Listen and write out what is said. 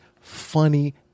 funny